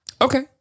Okay